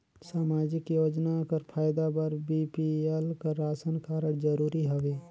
समाजिक योजना कर फायदा बर बी.पी.एल कर राशन कारड जरूरी हवे?